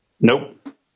Nope